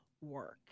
work